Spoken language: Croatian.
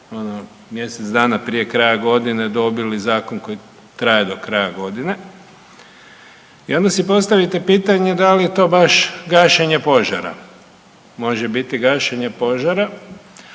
mjesec dana prije kraja godine dobili zakon koji traje do kraja godine. I onda si postavite pitanje da li je to baš gašenje požara? Može biti gašenje požara,